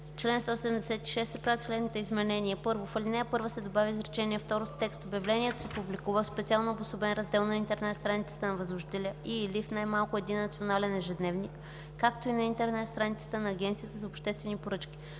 „Обявлението се публикува в специално обособен раздел на интернет страницата на възложителя и/или в най-малко един национален ежедневник, както и на интернет страницата на Агенцията за обществени поръчки.”